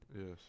Yes